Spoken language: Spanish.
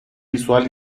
visual